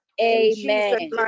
amen